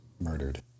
murdered